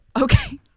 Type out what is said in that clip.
okay